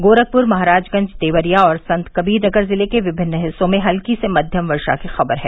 गोरखपुर महराजगंज देवरिया और संतकवीर नगर जिले के विभिन्न हिस्सों में हल्की से मध्यम वर्षा की खबर है